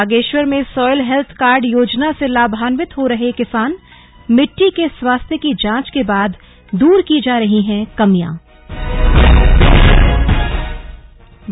बागेश्वर में soil health card योजना से लाभांवित हो रहे किसानमिट्टी के स्वास्थ्य की जांच के बाद दूर की जा रही हैं कमियाबढ़ रही है उपज